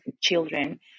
children